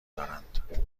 دارند